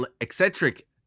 eccentric